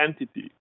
entity